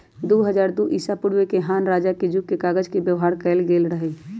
दू हज़ार दू ईसापूर्व में हान रजा के जुग में कागज के व्यवहार कएल गेल रहइ